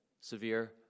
severe